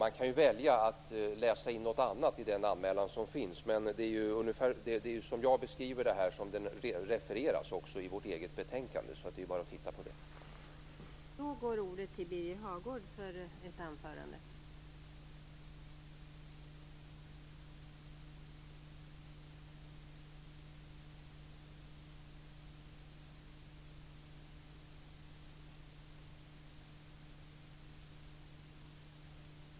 Man kan ju välja att läsa in något annat i den anmälan som finns, men den refereras också i vårt eget betänkande ungefär så som jag här beskriver den.